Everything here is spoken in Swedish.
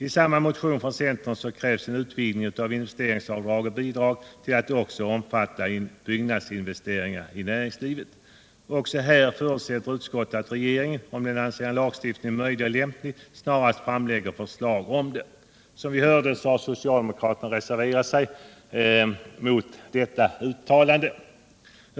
I samma motion från centern krävs en utvidgning av reglerna för investeringsavdrag och bidrag till att omfatta också byggnadsinvesteringar i näringslivet. Också här förutsätter utskottet att regeringen, om den anser en lagstiftning möjlig och lämplig, snarast framlägger förslag till sådan. Som vi hörde har socialdemokraterna reserverat sig mot detta uttalande.